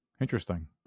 Interesting